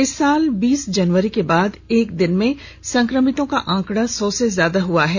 इस साल बीस जनवरी के बाद एक दिन में संक्रमितों का आंकड़ा सौ से ज्यादा हुआ है